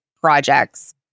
projects